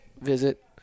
visit